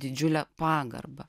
didžiulę pagarbą